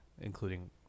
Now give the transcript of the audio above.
including